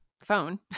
phone